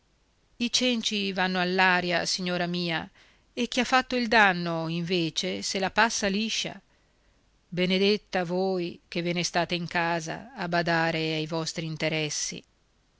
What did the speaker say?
i cenci vanno all'aria signora mia e chi ha fatto il danno invece se la passa liscia benedetta voi che ve ne state in casa a badare ai vostri interessi